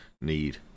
need